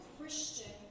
Christian